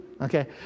Okay